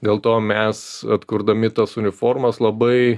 dėl to mes atkurdami tas uniformas labai